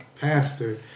pastor